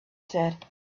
said